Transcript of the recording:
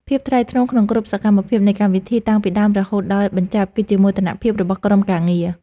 ភាពថ្លៃថ្នូរក្នុងគ្រប់សកម្មភាពនៃកម្មវិធីតាំងពីដើមរហូតដល់បញ្ចប់គឺជាមោទនភាពរបស់ក្រុមការងារ។